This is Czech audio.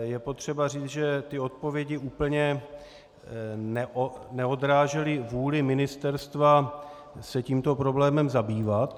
Je potřeba říct, že ty odpovědi úplně neodrážely vůli ministerstva se tímto problémem zabývat.